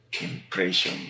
impression